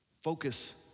focus